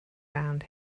around